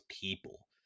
people